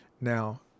Now